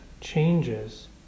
changes